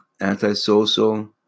antisocial